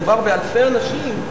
מדובר באלפי אנשים,